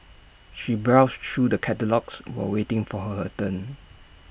she browsed through the catalogues while waiting for her turn